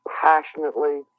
passionately